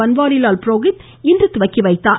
பன்வாரிலால் புரோஹித் இன்று துவக்கி வைத்தார்